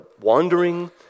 wandering